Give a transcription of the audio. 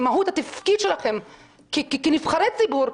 למהות התפקיד שלכם כנבחרי ציבור,